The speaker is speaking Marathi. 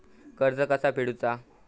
कर्ज कसा फेडुचा?